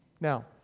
Now